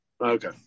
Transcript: Okay